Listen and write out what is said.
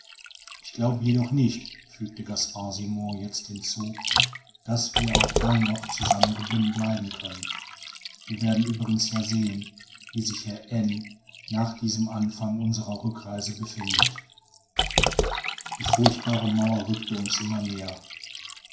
ich glaube jedoch nicht fügte gaspard simon jetzt hinzu daß wir auch dann noch zusammengebunden bleiben können wir werden übrigens ja sehen wie sich herr n nach diesem anfang unserer rückreise befindet die furchtbare mauer rückte uns immer näher